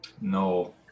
No